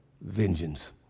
vengeance